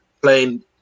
playing